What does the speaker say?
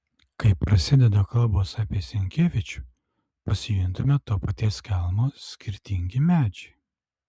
kai prasideda kalbos apie senkievičių pasijuntame to paties kelmo skirtingi medžiai